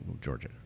Georgia